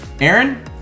Aaron